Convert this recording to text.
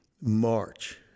March